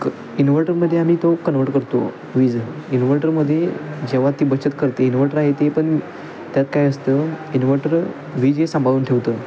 क इनव्हर्टरमध्ये आम्ही तो कन्वर्ट करतो वीज इनव्हर्टरमध्ये जेव्हा ती बचत करते इन्वर्टर आहे ते पण त्यात काय असतं इन्व्हर्टर वीज हे सांभाळून ठेवतं